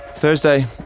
Thursday